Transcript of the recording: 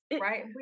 right